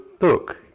look